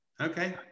Okay